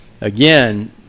again